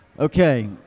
Okay